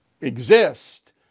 exist